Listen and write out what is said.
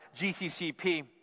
GCCP